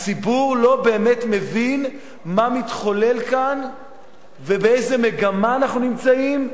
הציבור לא באמת מבין מה מתחולל כאן ובאיזה מגמה אנחנו נמצאים,